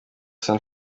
san